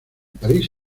parís